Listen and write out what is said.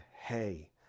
hey